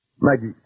Maggie